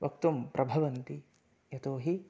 वक्तुं प्रभवन्ति यतोहि